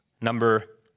Number